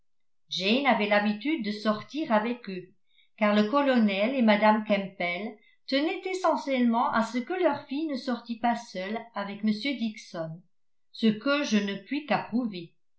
jane avait l'habitude de sortir avec eux car le colonel et mme campbell tenaient essentiellement à ce que leur fille ne sortît pas seule avec m dixon ce que je ne puis qu'approuver